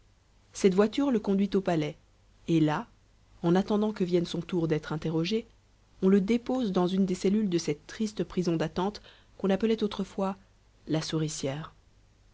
cette voiture le conduit au palais et là en attendant que vienne son tour d'être interrogé on le dépose dans une des cellules de cette triste prison d'attente qu'on appelait autrefois la souricière